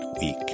week